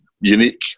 unique